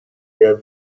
der